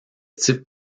type